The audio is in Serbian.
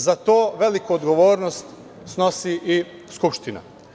Za to veliku odgovornost snosi i Skupština.